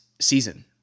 season